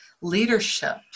leadership